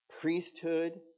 priesthood